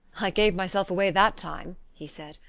i gave myself away that time! he said.